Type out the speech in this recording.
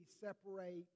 separate